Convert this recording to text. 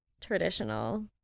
traditional